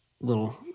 little